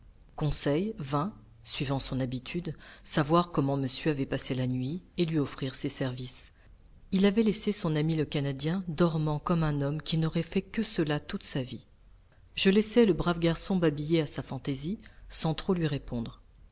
conseil vint suivant son habitude savoir comment monsieur avait passé la nuit et lui offrir ses services il avait laissé son ami le canadien dormant comme un homme qui n'aurait fait que cela toute sa vie je laissai le brave garçon babiller à sa fantaisie sans trop lui répondre